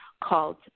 called